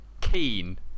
keen